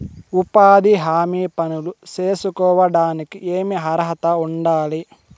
ఉపాధి హామీ పనులు సేసుకోవడానికి ఏమి అర్హత ఉండాలి?